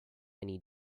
need